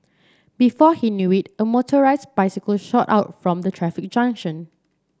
before he knew it a motorised bicycle shot out from the traffic junction